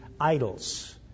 idols